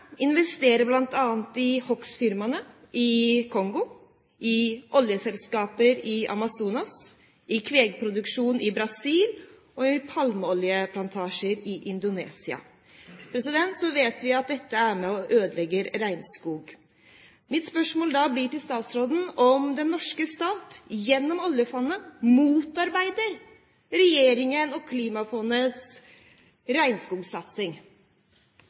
investerer bl.a. i hogstfirmaer i Kongo, i oljeselskaper i Amazonas, i kvegproduksjon i Brasil og i palmeoljeplantasjer i Indonesia. Vi vet at dette er med på å ødelegge regnskog. Mitt spørsmål til statsråden blir da om den norske stat gjennom oljefondet motarbeider regjeringen og Klimafondets regnskogsatsing.